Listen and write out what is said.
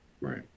Right